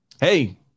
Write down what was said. Hey